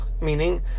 meaning